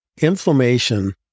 Inflammation